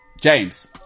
James